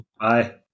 bye